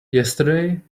yesterday